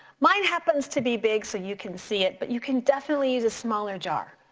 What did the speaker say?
mine happens to be big so you can see it but you can definitely use a smaller jar.